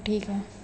हो ठीक आहे